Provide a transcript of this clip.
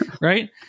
right